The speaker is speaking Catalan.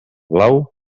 blau